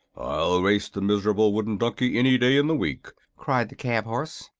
i'll race the miserable wooden donkey any day in the week! cried the cab-horse.